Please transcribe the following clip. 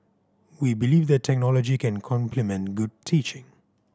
we believe that technology can complement good teaching